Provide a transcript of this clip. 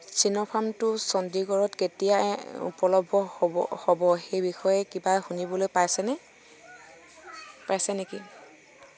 চিন'ফাৰ্মটো চণ্ডীগড়ত কেতিয়া উপলব্ধ হ'ব হ'ব সেইবিষয়ে কিবা শুনিবলৈ পাইছেনে